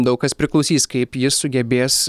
daug kas priklausys kaip jis sugebės